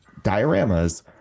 dioramas